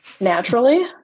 naturally